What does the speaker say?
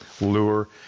lure